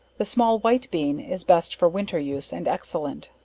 the small white bean, is best for winter use, and excellent.